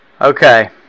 Okay